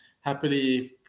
happily